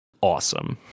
awesome